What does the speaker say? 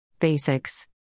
Basics